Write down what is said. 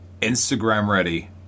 Instagram-ready